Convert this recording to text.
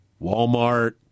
Walmart